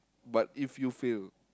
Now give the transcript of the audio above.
but if you fail